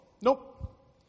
Nope